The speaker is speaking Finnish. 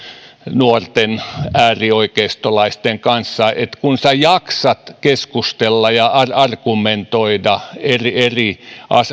nuorten äärioikeistolaisten kanssa että kun sinä jaksat keskustella ja argumentoida eri eri